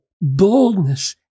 boldness